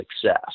success